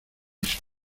eso